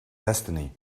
destiny